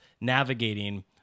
navigating